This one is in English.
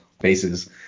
bases